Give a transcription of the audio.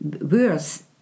worse